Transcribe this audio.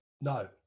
No